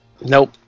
Nope